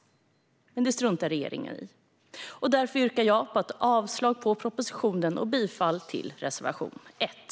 Men det struntar regeringen i. Därför yrkar jag avslag på propositionen och bifall till reservation 1.